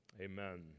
amen